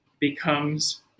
becomes